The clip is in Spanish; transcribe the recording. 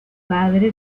padre